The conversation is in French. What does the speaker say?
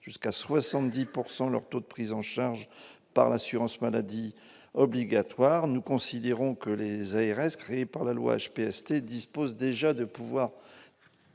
pourcent de leur taux de prise en charge par l'assurance maladie obligatoire, nous considérons que les ARS, créé par la loi HPST dispose déjà de pouvoirs